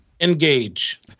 Engage